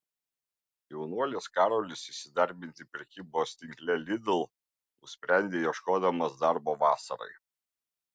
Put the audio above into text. jaunuolis karolis įsidarbinti prekybos tinkle lidl nusprendė ieškodamas darbo vasarai